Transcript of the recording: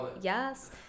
yes